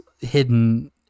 hidden